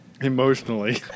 Emotionally